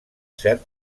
cert